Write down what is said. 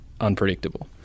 unpredictable